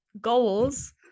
goals